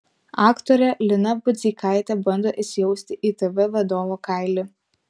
aktorė lina budzeikaitė bando įsijausti į tv vadovo kailį